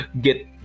get